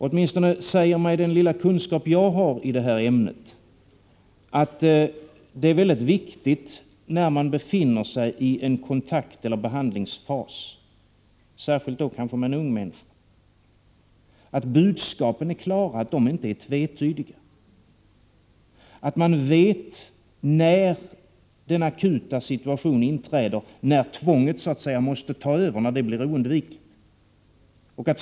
Åtminstone säger mig den lilla kunskap som jag har i detta ämne att det är väldigt viktigt, när man befinner sig i en kontakteller behandlingsfas, särskilt då med en ung människa, att budskapen är klara och inte tvetydiga och att man vet när den akuta situationen inträder och tvånget så att säga måste ta över och blir oundvikligt.